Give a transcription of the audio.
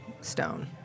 stone